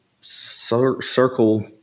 circle